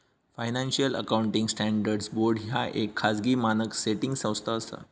financial accounting standards board ह्या येक खाजगी मानक सेटिंग संस्था असा